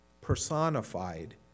personified